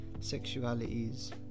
sexualities